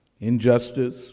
injustice